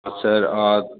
और सर और